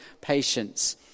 patience